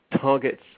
targets